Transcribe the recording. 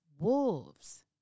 wolves